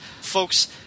folks